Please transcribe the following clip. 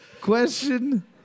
Question